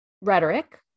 rhetoric